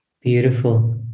Beautiful